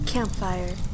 Campfire